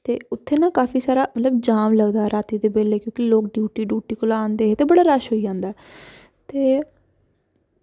ते उत्थें ना काफी सारा मतलब जाम लगदा रातीं दे बेल्लै ते लोग ड्यूटी दा आंदे ते बड़ा रश होई जंदा ते